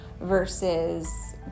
versus